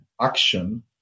action